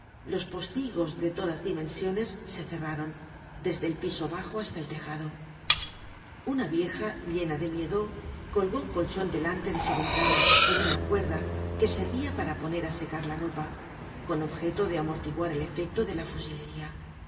los postigos de todas dimensiones se cerraron desde el piso bajo hasta el tejado una vieja llena de miedo colgó un colchon delante de su ventana en una cuerda que servia para poner á secar la ropa con objeto de amortiguar el efecto de la fusilería la